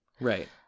right